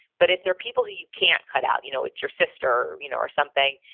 but if there are people who you can't cut out, you know it's your sister you know or something,